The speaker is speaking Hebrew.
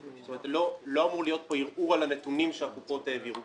לא אמור להיות כאן ערעור על הנתונים שהקופות העבירו.